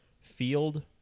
field